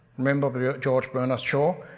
remember but ah george bernard shaw?